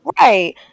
right